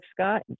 Scott